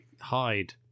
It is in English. hide